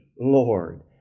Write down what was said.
Lord